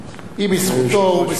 אדוני היושב-ראש, היא בזכותו, הוא בזכותה.